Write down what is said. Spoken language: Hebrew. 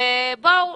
בואו,